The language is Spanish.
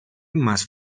más